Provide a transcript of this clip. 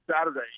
Saturday